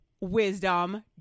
wisdom